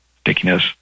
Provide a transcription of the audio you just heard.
stickiness